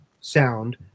sound